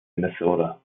minnesota